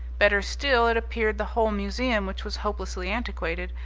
better still, it appeared the whole museum which was hopelessly antiquated,